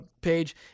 page